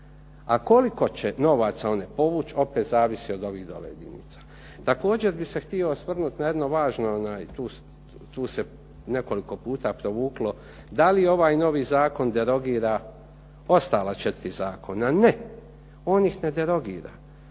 A koliko će novaca one povući opet zavisi od ovih dole jedinica. Također bih se htio osvrnuti na jedno važno tu se nekoliko puta provuklo da li je ovaj novi zakon derogira ostala 4 zakona? Ne, on ih ne derogira.